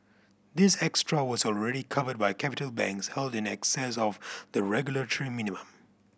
this extra was already covered by capital banks held in excess of the regulatory minimum